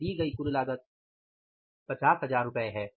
हमें दी गई कुल लागत 50000 रु है